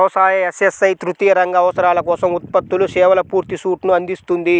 వ్యవసాయ, ఎస్.ఎస్.ఐ తృతీయ రంగ అవసరాల కోసం ఉత్పత్తులు, సేవల పూర్తి సూట్ను అందిస్తుంది